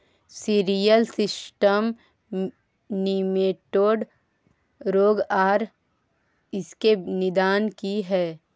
Cereal system nematode रोग आर इसके निदान की हय?